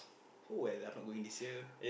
oh well I'm not going this year